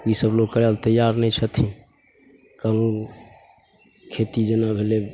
ईसब लोक करैले तैआर नहि छथिन कहुँ खेती जेना भेलै